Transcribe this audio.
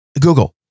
Google